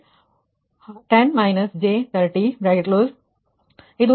62 ಕೋನ 108